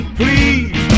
please